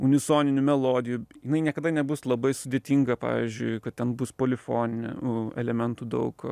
unisoninių melodijų jinai niekada nebus labai sudėtinga pavyzdžiui kad ten bus polifoninių elementų daug